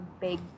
big